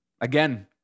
Again